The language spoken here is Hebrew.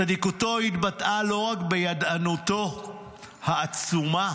צדיקותו התבטאה לא רק בידענותו העצומה,